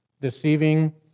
deceiving